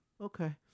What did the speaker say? okay